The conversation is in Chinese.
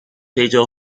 非洲